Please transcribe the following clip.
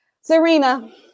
Serena